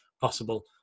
possible